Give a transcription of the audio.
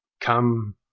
come